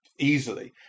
Easily